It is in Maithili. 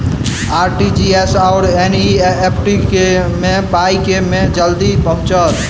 आर.टी.जी.एस आओर एन.ई.एफ.टी मे पाई केँ मे जल्दी पहुँचत?